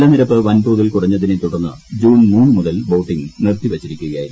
ജലനിരപ്പ് വൻതോതിൽ കുറഞ്ഞതിനെ തുടർന്ന് ജൂൺ മൂന്നു മുതൽ ബോട്ടിംഗ് നിർത്തിവച്ചിരിക്കുകയായിരുന്നു